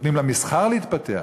נותנים למסחר להתפתח.